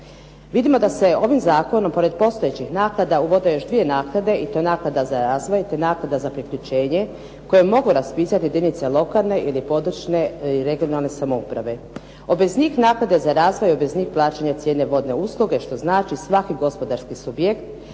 Vidimo da se ovim zakonom pored postojećih naknada uvode još dvije naknade, i to je naknada za razvoj, te naknada za priključenje, koje mogu raspisivati jedinice lokalne ili područne (regionalne) samouprave. Obveznik naknade za razvoj i obveznik plaćanja cijene vodne usluge, što znači svaki gospodarski subjekt,